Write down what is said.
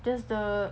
just the